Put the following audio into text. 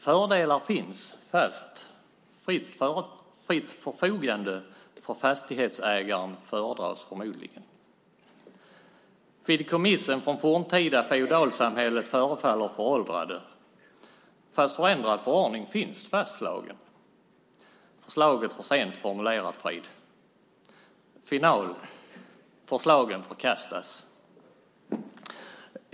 Fördelar finns, fast fritt förfogande för fastighetsägaren föredras förmodligen. Fideikommissen från forntida feodalsamhället förefaller föråldrade, fast förändrad förordning finns fastslagen. Förslaget för sent formulerat, Frid. Final: Förslagen förkastas.